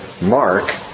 Mark